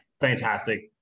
fantastic